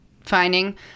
finding